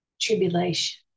tribulation